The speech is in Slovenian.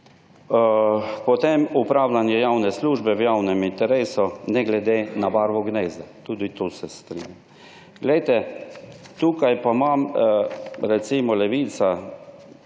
Potem, opravljanje javne službe v javnem interesu, ne glede na barvo gnezda. Tudi tu se strinjam. Glejte, tukaj pa imam, recimo Levica: